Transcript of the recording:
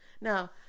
Now